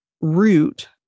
root